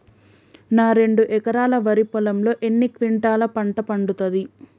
నా రెండు ఎకరాల వరి పొలంలో ఎన్ని క్వింటాలా పంట పండుతది?